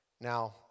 Now